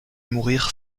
mourir